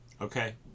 Okay